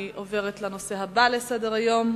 אני עוברת לנושא הבא שעל סדר-היום: